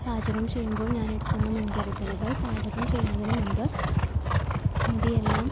പാചകം ചെയ്യുമ്പോൾ ഞാൻ എടുക്കുന്ന മുൻകരുതലുകൾ പാചകം ചെയ്യുന്നതിന് മുമ്പ് മുടിയെല്ലാം